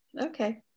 Okay